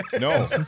no